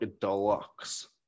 deluxe